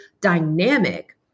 dynamic